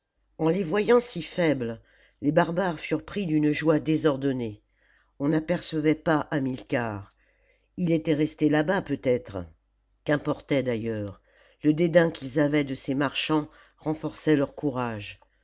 en les voyant si faibles les barbares furent pris d'une joie désordonnée on n'apercevait pas hamilcar il était resté là-bas peut-être qu'importait d'ailleurs le dédain qu'ils avaient de ces marchands renforçait leurcourage